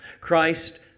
Christ